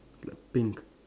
pink